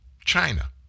China